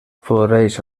floreix